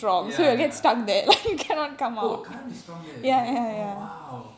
ya ya oh current is strong there is it oh !wow!